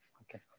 okay